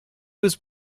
was